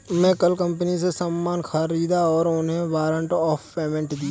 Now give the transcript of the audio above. मैं कल कंपनी से सामान ख़रीदा और उन्हें वारंट ऑफ़ पेमेंट दिया